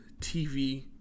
TV+